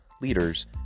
leaders